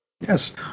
Yes